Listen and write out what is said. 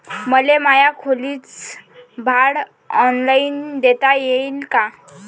मले माया खोलीच भाड ऑनलाईन देता येईन का?